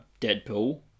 Deadpool